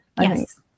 Yes